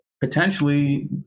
potentially